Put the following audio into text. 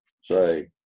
say